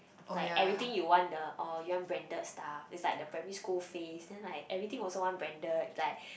like everything you want the oh you want branded stuff is like the primary school phase then like everything was want branded like